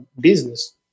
business